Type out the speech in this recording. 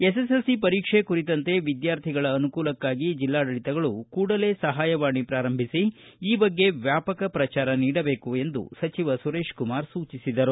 SSLC ಪರೀಕ್ಷೆ ಕುರಿತಂತೆ ವಿದ್ವಾರ್ಥಿಗಳ ಅನುಕೂಲಕ್ಕಾಗಿ ಜಿಲ್ಲಾಡಳಿತಗಳು ಕೂಡಲೇ ಸಹಾಯವಾಣಿ ಪ್ರಾರಂಭಿಸಿ ಈ ಬಗ್ಗೆ ವ್ಯಾಪಕ ಪ್ರಚಾರ ನೀಡಬೇಕು ಎಂದು ಸಚಿವ ಸುರೇಶಕುಮಾರ ಸೂಚಿಸಿದರು